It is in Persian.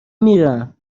میرم